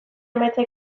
emaitza